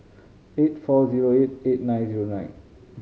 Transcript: eight four zero eight eight nine zero nine